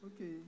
Okay